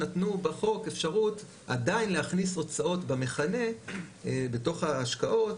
נתנו בחוק אפשרות עדיין להכניס הוצאות במכנה בתוך ההשקעות.